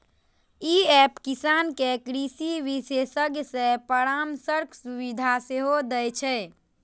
ई app किसान कें कृषि विशेषज्ञ सं परामर्शक सुविधा सेहो दै छै